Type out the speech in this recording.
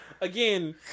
Again